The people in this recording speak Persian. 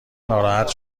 ناراحت